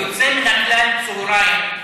יוצא מן הכלל: צוהריים,